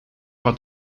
bent